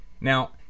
Now